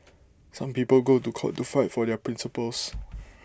some people go to court to fight for their principles